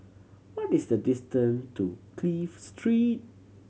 what is the distant to Clive Street